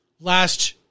last